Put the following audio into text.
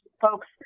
folks